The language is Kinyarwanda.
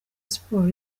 sports